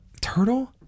turtle